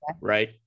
right